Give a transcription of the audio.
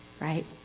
Right